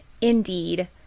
indeed